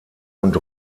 und